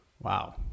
Wow